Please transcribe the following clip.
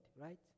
right